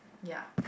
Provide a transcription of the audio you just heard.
ya